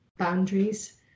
boundaries